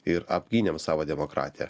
ir apgynėm savo demokratiją